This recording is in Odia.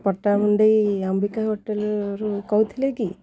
ପଟ୍ଟାମୁଣ୍ଡାଇ ଆମ୍ବିକା ହୋଟେଲ୍ରୁ କହୁଥିଲେ କି